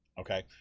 Okay